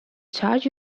charge